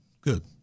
good